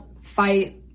fight